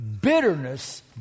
bitterness